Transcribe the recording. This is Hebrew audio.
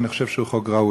ואני חושב שהוא חוק ראוי.